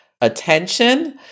attention